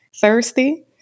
Thirsty